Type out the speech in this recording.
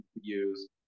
use